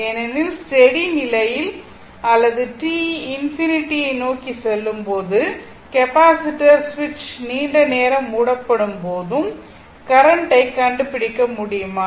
ஏனெனில் ஸ்டெடி நிலையில் அல்லது t ∞ ஐ நோக்கி செல்லும் போது கெப்பாசிட்டர் சுவிட்ச் நீண்ட நேரம் மூடப்படும் போது கரண்ட் ஐக் கண்டுபிடிக்க வேண்டுமா